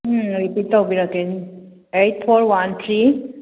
ꯎꯝ repeat ꯇꯧꯕꯤꯔꯛꯀꯦ eight four one three